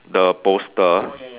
the poster